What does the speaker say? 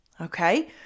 okay